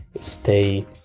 stay